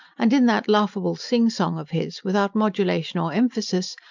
and in that laughable sing-song of his, without modulation or emphasis,